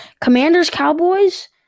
Commanders-Cowboys